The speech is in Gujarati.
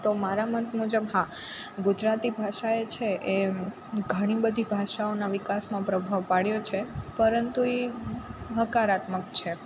તો મારા મત મુજબ હા ગુજરાતી ભાષાએ છે એ ઘણીબધી ભાષાઓના વિકાસમાં પ્રભાવ પાડ્યો છે પરંતુ એ હકારાત્મક છે